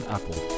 Apple